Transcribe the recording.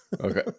Okay